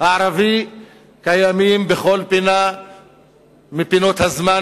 הערבי קיימים בכל פינה מפינות הזמן,